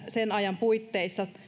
sen ajan puitteissa